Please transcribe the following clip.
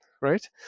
right